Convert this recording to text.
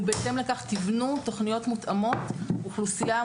ובהתאם לכך תבנו תוכניות מותאמות אוכלוסייה,